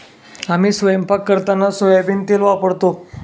आम्ही स्वयंपाक करताना सोयाबीन तेल वापरतो